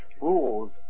rules